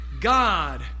God